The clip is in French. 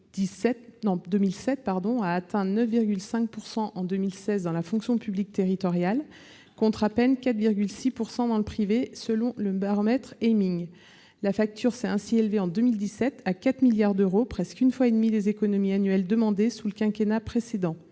2007, a atteint 9,5 % en 2016 dans la fonction publique territoriale, contre à peine 4,6 % dans le privé, selon le baromètre Ayming. Ainsi, en 2017, la facture s'est élevée à 4 milliards d'euros, presque une fois et demie les économies annuelles demandées sous le quinquennat précédent.